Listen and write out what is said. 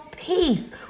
peace